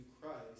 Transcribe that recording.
Christ